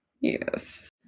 Yes